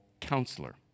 counselor